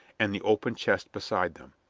and the open chest beside them.